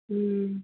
हूँ